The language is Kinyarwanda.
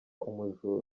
umujura